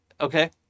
Okay